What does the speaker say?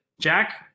jack